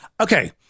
Okay